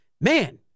Man